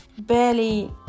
barely